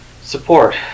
support